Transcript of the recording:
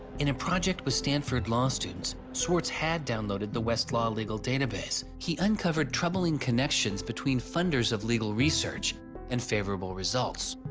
in a project with stanford law students swartz had downloaded the westlaw legal database he uncovered troubling connections between funders of legal research and favorable results.